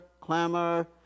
clamor